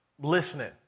listening